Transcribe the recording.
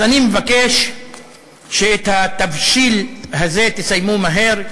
אז אני מבקש שאת התבשיל הזה תסיימו מהר,